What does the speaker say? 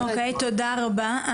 תודה רבה.